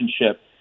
relationship